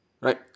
right